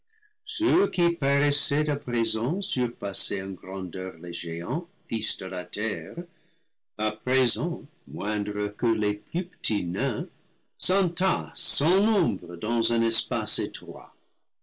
ceux qui paraissaient à présent surpasser en grandeur les géants fils de la terre à présent moindres que les plus petits nains s'entassent sans nombre dans un espace étroit